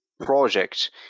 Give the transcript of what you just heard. project